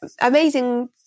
amazing